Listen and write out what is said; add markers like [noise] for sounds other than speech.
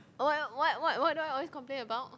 [noise] what what what do I always complain about